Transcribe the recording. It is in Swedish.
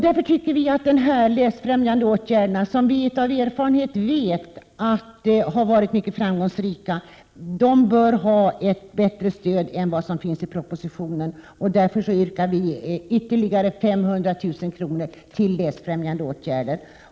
De läsbefrämjande åtgärderna, som vi av erfarenhet vet har varit mycket framgångsrika, bör få ett bättre stöd än det som föreslås i propositionen. Vi yrkar därför att ytterligare 500 000 kr. skall avsättas till läsfrämjande åtgärder.